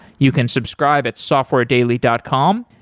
you can subscribe at softwaredaily dot com.